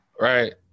right